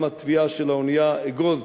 גם הטביעה של האונייה "אגוז",